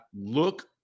look